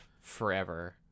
forever